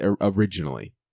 originally